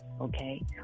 okay